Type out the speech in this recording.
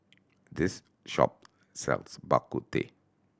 this shop sells Bak Kut Teh